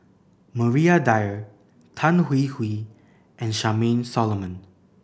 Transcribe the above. Maria Dyer Tan Hwee Hwee and Charmaine Solomon